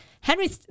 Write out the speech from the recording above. Henry